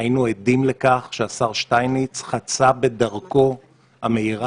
היינו עדים לכך שהשר שטייניץ חצה בדרכו המהירה,